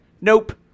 nope